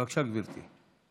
בבקשה, גברתי.